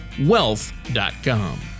wealth.com